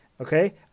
okay